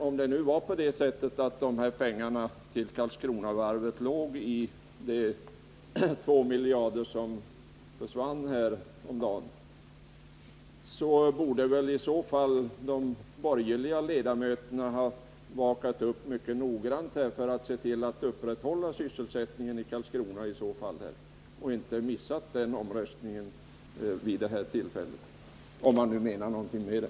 Om pengarna till Karlskronavarvet var inräknade i de 2 miljarder som försvann häromdagen så borde de borgerliga ledamöterna ha vakat bättre över varandra så att ingen hade missat omröstningen. Då hade sysselsättningen i Karlskrona kunnat upprätthållas, om man nu menar någonting med det.